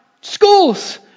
Schools